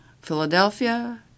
Philadelphia